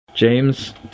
James